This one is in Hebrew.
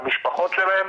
למשפחות שלהם,